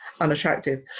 unattractive